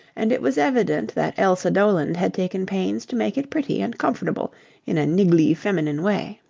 and it was evident that elsa doland had taken pains to make it pretty and comfortable in a niggly feminine way.